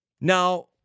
Now